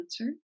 answer